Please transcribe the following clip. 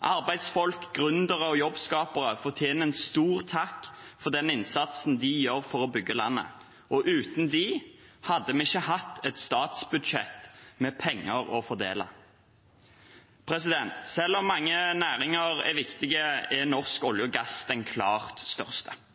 Arbeidsfolk, gründere og jobbskapere fortjener en stor takk for den innsatsen de gjør for å bygge landet. Uten dem hadde vi ikke hatt et statsbudsjett med penger å fordele. Selv om mange næringer er viktige, er den norske olje- og gassnæringen den klart største.